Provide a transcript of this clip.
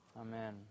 Amen